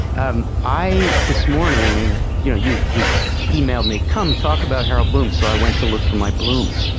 um i. this morning, you know, you you email me. come talk about harold bloom. so i went to look for my bloom